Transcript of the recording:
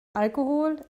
alkohol